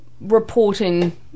reporting